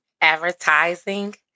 Advertising